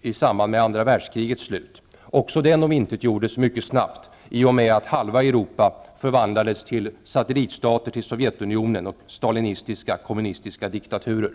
i samband med andra världskrigets slut. Också den omintetgjordes mycket snabbt, i och med att länderna i halva Sovjetunionen och stalinistiska kommunistiska diktaturer.